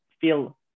feel